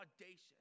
audacious